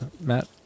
Matt